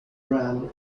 ran